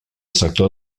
sector